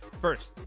First